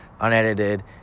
unedited